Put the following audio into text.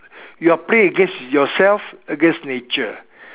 you are play against yourself against nature